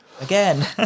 Again